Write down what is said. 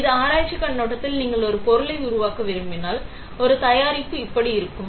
இது ஆராய்ச்சிக் கண்ணோட்டத்தில் நீங்கள் ஒரு பொருளை உருவாக்க விரும்பினால் ஒரு தயாரிப்பு இப்படி இருக்கும்